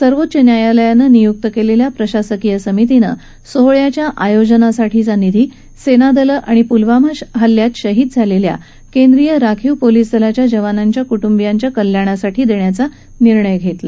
सर्वोच्च न्यायालयानं नियुक्त केलेल्या प्रशासकीय समितीनं सोहळ्याच्या आयोजनासाठीचा निधी सैन्य दलं आणि पुलवामा हल्ल्यात शहीद झालेल्या केंद्रीय राखीव पोलिस दलाच्या जवानांच्या कुटुंबियांच्या कल्याणासाठी देण्याचा निर्णय घेतला